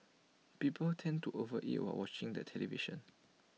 people tend to overeat while watching the television